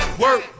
work